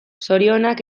zorionak